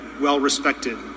well-respected